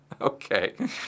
Okay